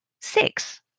Six